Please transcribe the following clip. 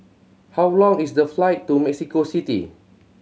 how long is the flight to Mexico City